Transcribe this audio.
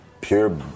Pure